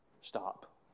stop